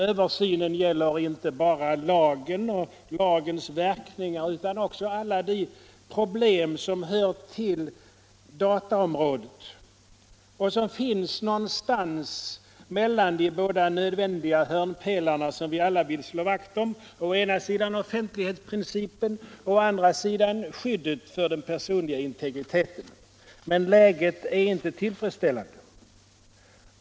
Översynen gäller inte bara lagen och dess verkningar utan också alla de problem som hör till dataområdet och som finns någonstans mellan de båda nödvändiga hörnpelare som vi alla vill slå vakt om: å ena sidan offentlighetsprincipen, å andra sidan skyddet för den personliga integriteten. | Men läget är inte tillfredsställande.